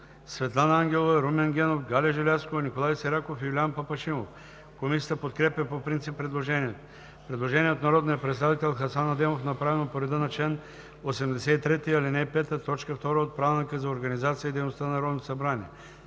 Светлана Ангелова, Румен Генов, Галя Желязкова, Николай Сираков и Юлиян Папашимов. Комисията подкрепя по принцип предложението. Предложение от народния представител Хасан Адемов, направено по реда на чл. 83, ал. 5, т. 2 от Правилника за организацията и дейността на Народното събрание.